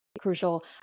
crucial